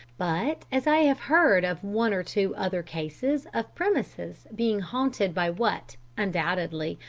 but as i have heard of one or two other cases of premises being haunted by what, undoubtedly,